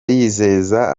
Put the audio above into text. yizeza